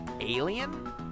Alien